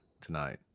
tonight